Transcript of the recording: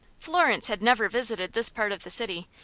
florence had never visited this part of the city,